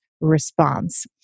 response